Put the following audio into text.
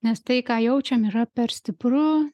nes tai ką jaučiam yra per stipru